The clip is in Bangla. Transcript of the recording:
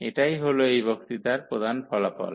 এটাই হল এই বক্তৃতার প্রধান ফলাফল